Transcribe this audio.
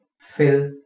fill